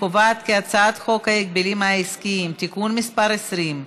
חוק ההגבלים העסקיים (תיקון מס' 20)